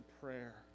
prayer